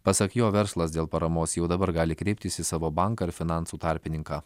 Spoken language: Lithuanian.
pasak jo verslas dėl paramos jau dabar gali kreiptis į savo banką ar finansų tarpininką